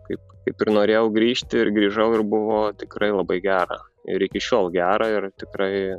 kaip kaip ir norėjau grįžti ir grįžau ir buvo tikrai labai gera ir iki šiol gera ir tikrai